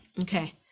Okay